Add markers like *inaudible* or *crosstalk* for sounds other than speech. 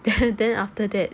*laughs* then after that